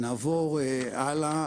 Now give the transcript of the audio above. נעבור הלאה,